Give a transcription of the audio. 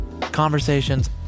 Conversations